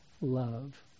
love